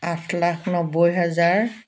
আঠ লাখ নব্বৈ হাজাৰ